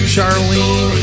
Charlene